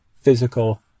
physical